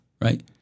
right